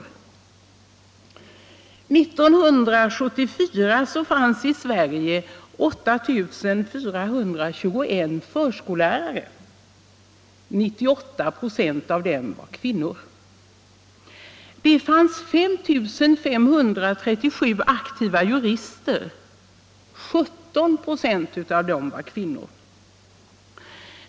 År 1974 fanns det i Sverige 8421 förskollärare — 98 96 av dem var kvinnor. Det fanns 5 537 aktiva jurister — 17 96 av dem var kvinnor.